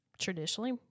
traditionally